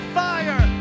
fire